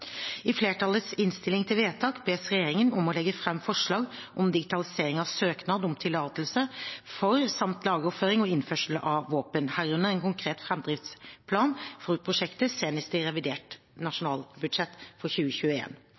I flertallets innstilling til vedtak bes regjeringen om å «legge frem forslag om digitalisering av søknad om tillatelse for samt lagerføring og innførsel av våpen, herunder en konkret fremdriftsplan for prosjektet, senest i revidert statsbudsjett for